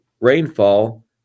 rainfall